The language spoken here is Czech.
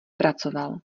pracoval